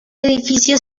edificio